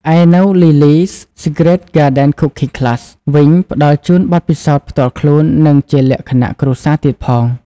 ឯនៅ Lily's Secret Garden Cooking Class វិញផ្តល់ជូនបទពិសោធន៍ផ្ទាល់ខ្លួន និងជាលក្ខណៈគ្រួសារទៀតផង ។